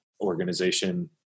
organization